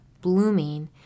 blooming